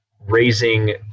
raising